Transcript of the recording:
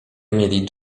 mieli